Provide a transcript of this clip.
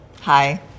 Hi